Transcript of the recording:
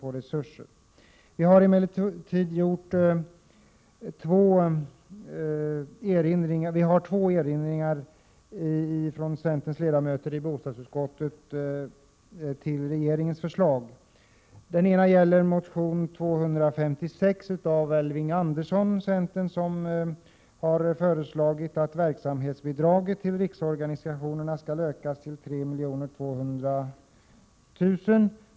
Centerns ledamöter i bostadsutskottet har emellertid två erinringar när det gäller regeringens förslag. Den ena gäller motion Bo256 av Elving Andersson, centerpartiet. Där föreslås att verksamhetsbidraget till riksorganisationerna skall ökas till 3 200 000 kr.